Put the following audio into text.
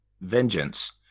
vengeance